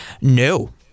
No